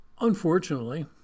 Unfortunately